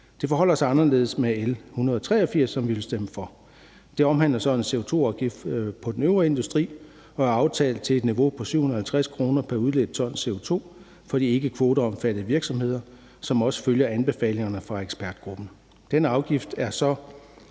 Det forholder sig anderledes med L 183, som vi vil stemme for. Det omhandler så en CO2-afgift på den øvrige industri og er aftalt til et niveau på 750 kr. pr. udledt tons CO2 for de ikkekvoteomfattede virksomheder, hvilket også følger anbefalingerne fra ekspertgruppen. Denne afgift er